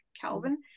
Calvin